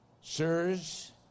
Sirs